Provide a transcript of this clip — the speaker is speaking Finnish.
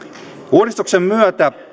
uudistuksen myötä